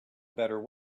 better